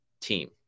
team